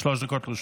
שלוש דקות לרשותך.